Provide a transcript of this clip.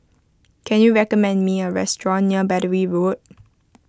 can you recommend me a restaurant near Battery Road